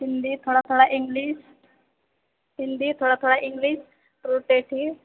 हिन्दी थोड़ा थोड़ा इंग्लिश हिन्दी थोड़ा थोड़ा इंग्लिश आओर ठेठही